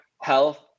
health